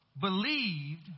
believed